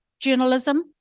journalism